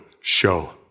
show